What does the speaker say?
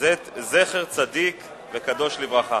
זכר צדיק וקדוש לברכה.